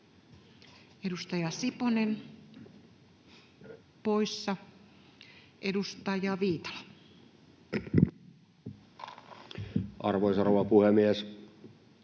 Edustaja Siponen poissa. — Edustaja Viitala. Arvoisa rouva puhemies!